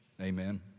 Amen